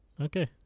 okay